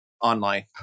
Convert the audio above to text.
online